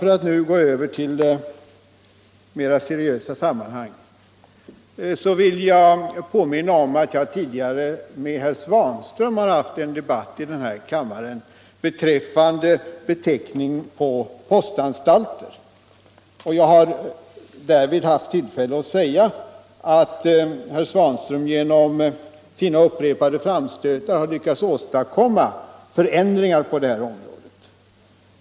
För att nu gå över till mera seriösa sammanhang vill jag påminna om att jag tidigare med herr Svanström har haft en debatt i den här kammaren beträffande beteckningen på postanstalter. Jag har därvid haft tillfälle att säga att herr Svanström genom sina upprepade framstötar har lyckats åstadkomma förändringar på detta område.